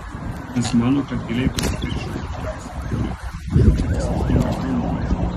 jis mano kad giliai po paviršium tikriausiai turi kažkokį paslaptingą branduolį